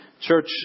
church